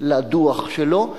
לדוח שלו.